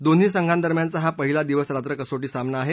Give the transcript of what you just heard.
दोन्ही संघांदरम्यानचा हा पहिला दिवसरात्र कसोधी सामना आहे